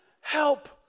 help